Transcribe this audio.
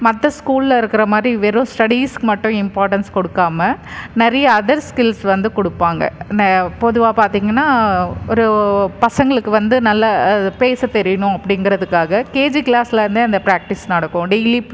மற்ற ஸ்கூலில் இருக்கிற மாதிரி வெறும் ஸ்டெடீஸ்க்கு மட்டும் இம்பார்ட்டன்ஸ் கொடுக்காம நெறைய அதர் ஸ்கில்ஸ் வந்து கொடுப்பாங்க ந பொதுவாக பார்த்தீங்கன்னா ஒரு பசங்களுக்கு வந்து நல்ல பேச தெரியணும் அப்படிங்கிறதுக்காக கேஜி க்ளாஸ்லேந்தே அந்த ப்ராக்டிஸ் நடக்கும் டெய்லி